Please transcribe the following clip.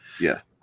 Yes